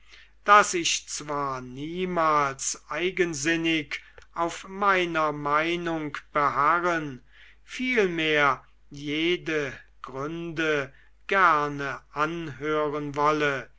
daß ich zwar niemals eigensinnig auf meiner meinung beharren vielmehr jede gründe gerne anhören wolle